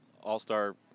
all-star